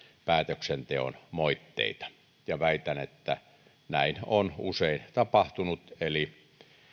päätöksenteon moitteita ja väitän että näin on usein tapahtunut eli